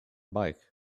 bike